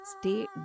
stay